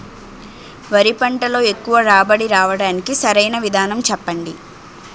వరి పంటలో ఎక్కువ రాబడి రావటానికి సరైన విధానం చెప్పండి?